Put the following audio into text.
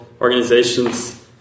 organizations